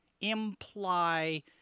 imply